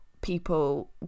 people